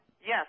Yes